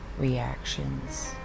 reactions